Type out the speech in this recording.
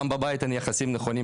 גם בבית אין יחסים נכונים,